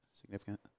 significant